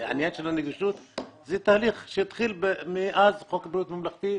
העניין של הנגישות זה תהליך שהתחיל מאז חוק בריאות ממלכתי,